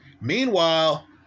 Meanwhile